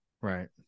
Right